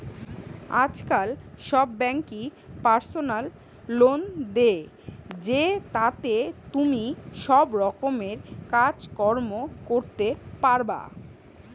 আজকাল সব বেঙ্কই পার্সোনাল লোন দে, জেতাতে তুমি সব রকমের কাজ কর্ম করতে পারবা